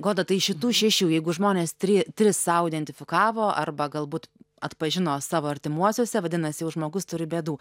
goda tai iš šitų šešių jeigu žmonės tri tris sau identifikavo arba galbūt atpažino savo artimuosiuose vadinas jau žmogus turi bėdų